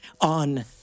On